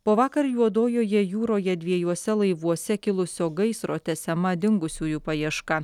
po vakar juodojoje jūroje dviejuose laivuose kilusio gaisro tęsiama dingusiųjų paieška